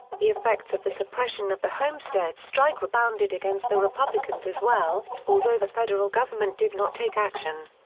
the effects of the suppression of the homestead strike rebounded against the republicans as well, although the federal government did not take action.